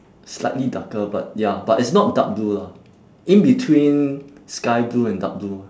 slightly darker but ya but it's not dark blue lah in between sky blue and dark blue